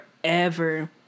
forever